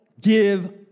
give